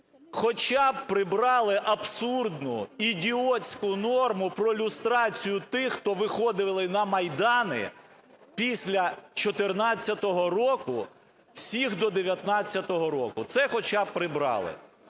Хоча б прибрати абсурдну, ідіотську норму про люстрацію тих, хто виходили на майдани після 14-го року, всіх до 19-го року, це хоча б прибрали.